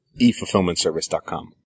eFulfillmentService.com